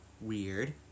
Weird